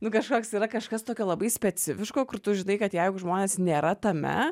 nu kažkoks yra kažkas tokio labai specifiško kur tu žinai kad jeigu žmonės nėra tame